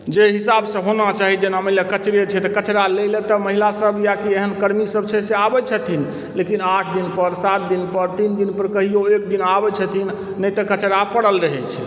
जे हिसाबसँ होना चाही जेना मानि लिअ कचड़े छै तऽ कचड़ा लयलऽ तऽ महिलासभ या एहन कर्मीसभ छै से आबय छथिन लेकिन आठ दिन पर सात दिन पर तीन दिन पर कहिओ एक दिन आबय छथिन नहि तऽ कचड़ा पड़ल रहैत छै